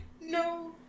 no